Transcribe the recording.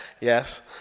Yes